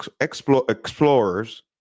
explorers